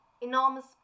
enormous